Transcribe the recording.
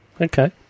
okay